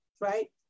right